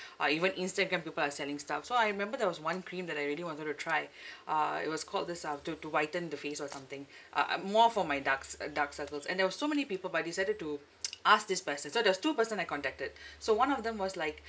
or even Instagram people are selling stuff so I remember there was one cream that I really wanted to try uh it was called this um to to whiten the face or something uh uh more for my dark c~ dark circles and there was so many people but I decided to ask this person so there was two person I contacted so one of them was like